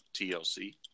TLC